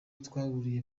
twahuriye